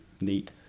neat